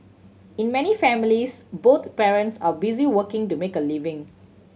in many families both parents are busy working to make a living